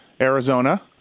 Arizona